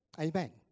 Amen